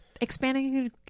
Expanding